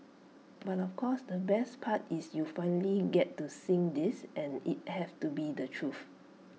but of course the best part is you'll finally get to sing this and IT have to be the truth